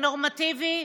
הנורמטיבי,